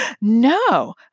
no